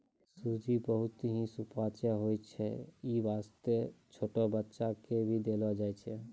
सूजी बहुत हीं सुपाच्य होय छै यै वास्तॅ छोटो बच्चा क भी देलो जाय छै